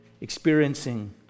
experiencing